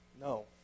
No